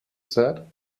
said